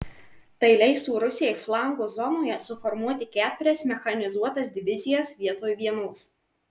tai leistų rusijai flango zonoje suformuoti keturias mechanizuotas divizijas vietoj vienos